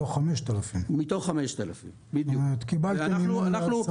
מתוך 5,000. כלומר, קיבלתם מימון ל-10%.